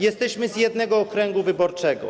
Jesteśmy z jednego okręgu wyborczego.